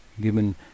given